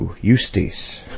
Eustace